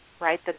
right